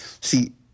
see